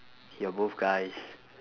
you're both guys